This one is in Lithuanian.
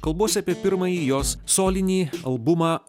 kalbuosi apie pirmąjį jos solinį albumą